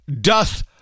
doth